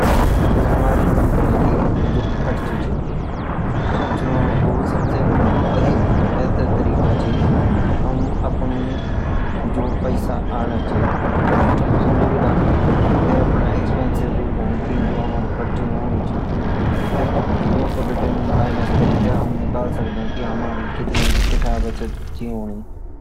जो हमारी मोन्थालय खर्च ची सु चलणुकु सबसे भीतर क्रिका ची हम अपणु जो पैसा अनु ची सु लिखदे फिर अपना एक्सपेंसेस लिखदा की जो हमारा खर्चा होणु फिर युका बीतीं माइनस करिते हम निकल सकदा की हमारी कथा बचत होनी